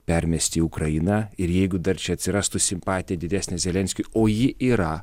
permesti į ukrainą ir jeigu dar čia atsirastų simpatija didesnė zelenskiui o ji yra